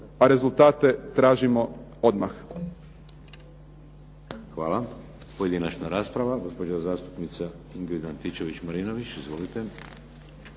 a rezultate tražimo odmah.